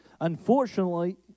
Unfortunately